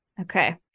Okay